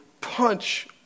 punch